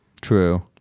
true